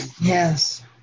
Yes